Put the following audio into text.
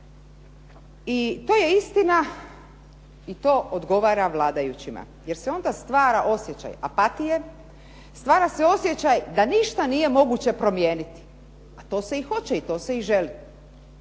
i to je istina i to odgovara vladajućima jer se onda stvara osjećaj apatije, stvara se osjećaj da ništa nije moguće promijeniti a to se i hoće, to se i želi.